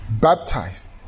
baptized